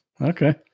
okay